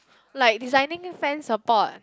like designing fence or ports